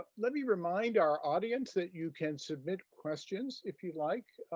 let me remind our audience that you can submit questions if you like.